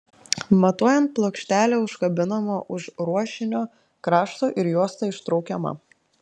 matuojant plokštelė užkabinama už ruošinio krašto ir juosta ištraukiama